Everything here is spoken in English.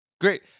Great